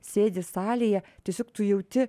sėdi salėje tiesiog tu jauti